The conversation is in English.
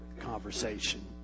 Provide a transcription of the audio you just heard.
conversation